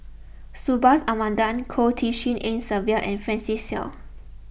Subhas Anandan Goh Tshin En Sylvia and Francis Seow